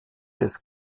des